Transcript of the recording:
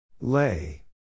Lay